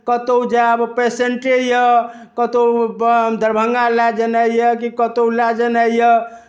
कतहु जायब पेशेन्टे यए कतहु दरभंगा लए जेनाइ यए कि कतहु लए जेनाइ यए